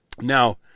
Now